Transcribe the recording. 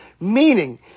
meaning